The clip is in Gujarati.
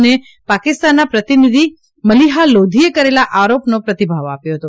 અને પાકિસ્તાનના પ્રતિનિધિ મલીહા લોધીએ કરેલા આરોપનો પ્રતિભાવ આપ્યો હતો